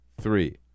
three